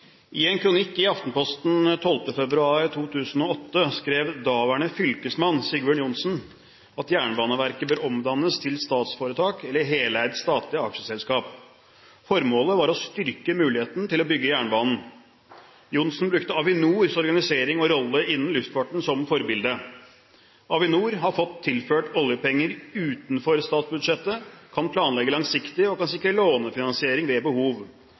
statsforetak eller heleid statlig aksjeselskap. Formålet var å styrke muligheten til å bygge jernbane. Johnsen brukte Avinors organisering og rolle innen luftfarten som forbilde. Avinor har fått tilført oljepenger utenfor statsbudsjettet, kan planlegge langsiktig og kan sikre lånefinansiering ved behov.